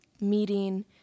meeting